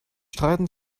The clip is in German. streiten